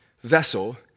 vessel